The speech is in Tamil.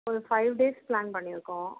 ஒரு ஃபைவ் டேஸ் பிளான் பண்ணியிருக்கோம்